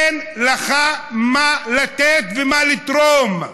אין לך מה לתת ומה לתרום.